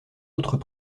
autres